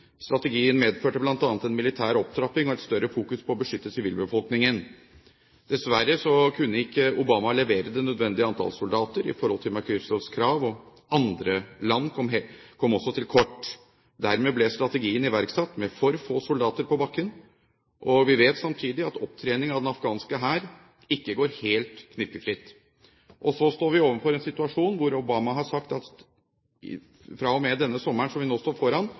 Strategien medførte bl.a. en militær opptrapping og mer fokusering på å beskytte sivilbefolkningen. Dessverre kunne ikke Obama levere det nødvendige antallet soldater i forhold til McChrystals krav. Andre land kom også til kort. Dermed ble strategien iverksatt med for få soldater på bakken. Vi vet samtidig at opptrening av den afghanske hær ikke går helt knirkefritt. Så står vi overfor en situasjon hvor Obama har sagt at fra og med den sommeren som vi nå står foran,